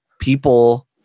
people